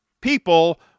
people